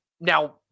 now